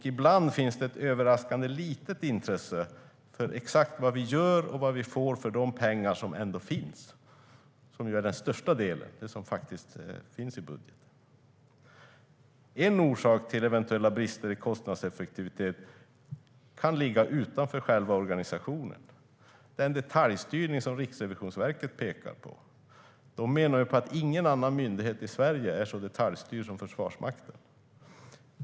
Ibland finns det ett överraskande litet intresse för vad exakt vi gör och får för de pengar som faktiskt finns i budgeten och som utgör den största delen. En orsak till eventuella brister i kostnadseffektivitet kan ligga utanför själva organisationen. Det är den detaljstyrning som Riksrevisionen pekar på. De menar att ingen annan myndighet i Sverige är så detaljstyrd som Försvarsmakten.